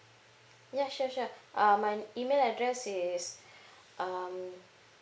ya sure sure uh my email address is um